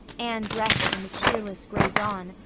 anne dressed in the cheerless gray dawn,